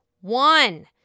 One